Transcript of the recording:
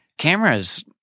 Cameras